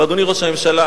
אדוני ראש הממשלה,